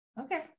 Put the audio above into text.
Okay